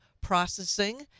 processing